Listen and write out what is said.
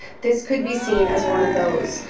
this could be seen as one of those.